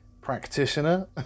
practitioner